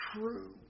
true